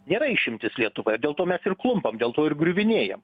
nėra išimtis lietuva ir dėl to mes ir klumpam dėl to ir griuvinėjam